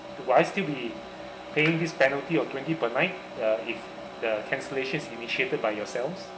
will I still be paying this penalty of twenty per night uh if the cancellations is initiated by yourselves